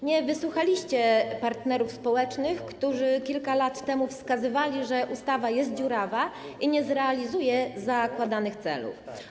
Nie wysłuchaliście partnerów społecznych, którzy kilka lat temu wskazywali, że ustawa jest dziurawa i nie zrealizuje zakładanych celów.